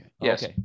yes